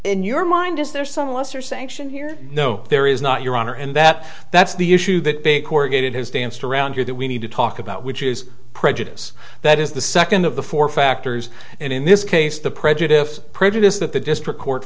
in your mind is there some lesser sanction here no there is not your honor and that that's the issue that big corrugated has danced around here that we need to talk about which is prejudice that is the second of the four factors and in this case the prejudice prejudice that the district court